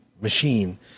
Machine